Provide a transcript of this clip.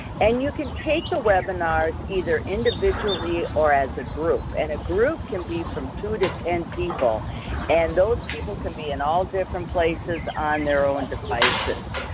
and you can take the webinars either individually or as a group. and a group can be from two to ten people and those people can be in all different places on their own devices.